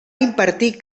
impartir